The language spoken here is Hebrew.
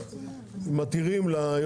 תיקון סעיף 1 פלוס התיקון לסעיף 3(ב)(5).